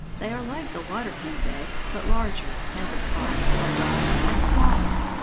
they are like the water-hen's eggs, but larger, and the spots are darker and smaller.